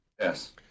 Yes